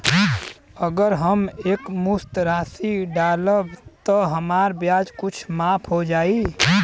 अगर हम एक मुस्त राशी डालब त हमार ब्याज कुछ माफ हो जायी का?